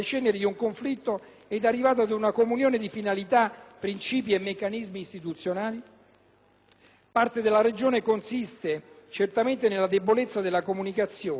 Parte della ragione consiste certamente nella debolezza della comunicazione, visto che di Europa e di Parlamento europeo si parla poco e, purtroppo, male.